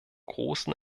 großen